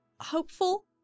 hopeful